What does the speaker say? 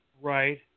Right